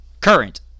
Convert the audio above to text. current